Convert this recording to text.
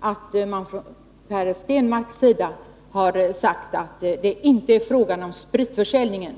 hört Per Stenmarck säga att det inte rör spritförsäljningen.